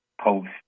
post